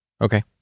Okay